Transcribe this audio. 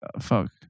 Fuck